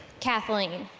kathleen.